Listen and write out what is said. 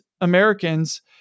Americans